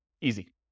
Easy